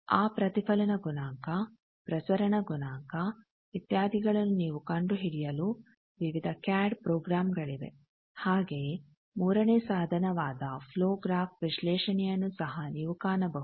ಆ ಪ್ರತಿಫಲನ ಗುಣಾಂಕ ಪ್ರಸರಣ ಗುಣಾಂಕ ಇತ್ಯಾದಿಗಳನ್ನು ನೀವು ಕಂಡು ಹಿಡಿಯಲು ವಿವಿಧ ಕ್ಯಾಡ್ ಪ್ರೋಗ್ರಾಮ್ಗಳಿವೆ ಹಾಗೆಯೇ ಮೂರನೇ ಸಾಧನವಾದ ಪ್ಲೋ ಗ್ರಾಫ್ ವಿಶ್ಲೇಷಣೆಯನ್ನು ಸಹ ನೀವು ಕಾಣಬಹುದು